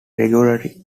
regularly